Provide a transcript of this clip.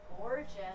Gorgeous